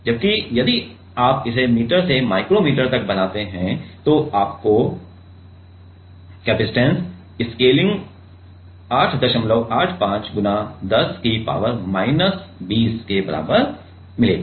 जबकि यदि आप इसे मीटर से माइक्रो मीटर तक बनाते हैं तो आपको C स्केलिंग 885 X 10 की पावर माइनस 20 के बराबर मिलेगी